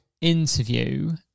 interview